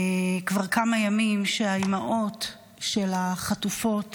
כבר כמה ימים שהאימהות של החטופות